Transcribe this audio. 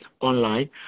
online